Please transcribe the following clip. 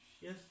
Yes